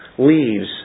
Leaves